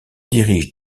dirige